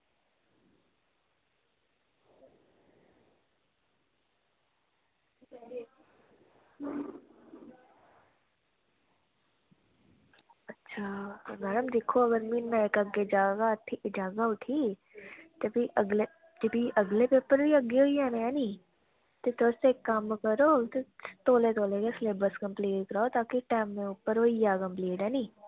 ते परमात्मा अगर दिक्खो म्हीना अग्गें अगर जा तां जह्गा उठी भी अगले ते भी अगले पेपर बी अग्गें होई जाने न भी ते तुस इक्क कम्म करो तौले तौले गै सलेब्स कंप्लीट कराओ ताकी होइया कंप्लीट ऐ नी